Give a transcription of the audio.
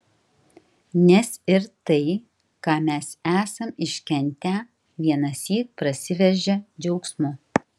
nes ir tai ką mes esam iškentę vienąsyk prasiveržia džiaugsmu